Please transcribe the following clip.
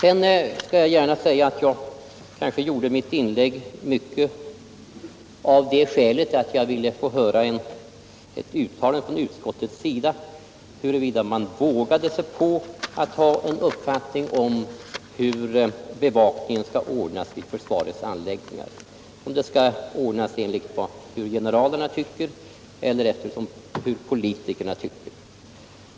En bidragande orsak till mitt inlägg var att jag ville få ett uttalande från utskottshåll om huruvida man vågar ha en uppfattning om hur bevakningen skall ordnas i försvarets anläggningar. Skall det ske i enlighet med vad generalerna tycker eller enligt politikernas riktlinjer?